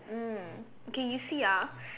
mm okay you see ah